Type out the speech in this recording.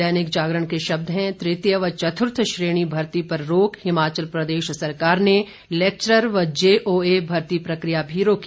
दैनिक जागरण के शब्द हैं तृतीय व चतुर्थ श्रेणी भर्ती पर रोक हिमाचल प्रदेश सरकार ने लेक्चरर व जेओए भर्ती प्रक्रिया भी रोकी